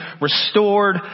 restored